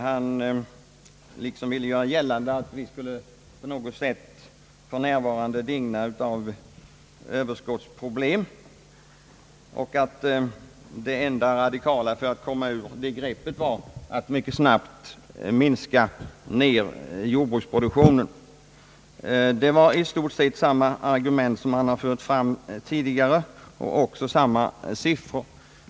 Han ville göra gällande, att vi på något sätt för närvarande skulle digna under överskott och att det enda radikala för att lösa detta problem är att mycket snabbt skära ned jordbruksproduktionen. Det är i stort sett samma argument som han fört fram tidigare, ävenså samma siffror.